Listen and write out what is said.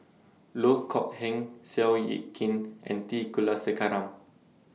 Loh Kok Heng Seow Yit Kin and T Kulasekaram